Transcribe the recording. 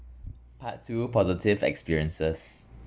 part two positive experiences